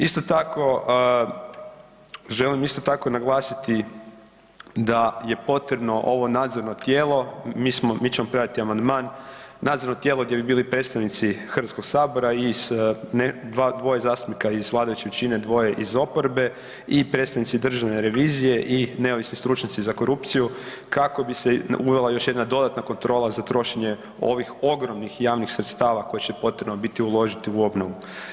Isto tako, želim isto tako naglasiti da je potrebno ovo nadzorno tijelo, mi ćemo predati amandman, nadzorno tijelo gdje bi bili predstavnici Hrvatskog sabora i dvoje zastupnika iz vladajuće čine dvoje iz oporbe i predstavnici državne revizije i neovisni stručnjaci za korupciju kako bi se uvela još jedna dodatna kontrola za trošenje ovih ogromnih javnih sredstava koje će potrebno biti uložiti u obnovu.